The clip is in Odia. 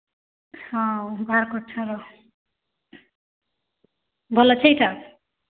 ହଁ ବାହାର୍ କରୁଛେଁ ରୁହ ଭଲ୍ ଅଛେ ଇଟା